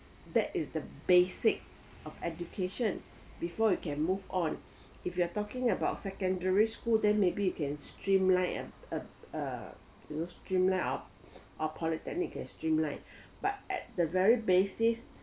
that is the basic of education before you can move on if you are talking about secondary school then maybe you can streamline and uh uh you know streamline ou~ our polytechnic can streamline but at the very basis